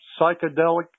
psychedelic